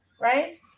right